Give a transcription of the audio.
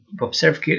observe